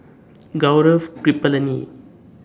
Gaurav Kripalani